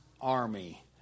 army